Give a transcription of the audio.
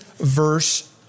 verse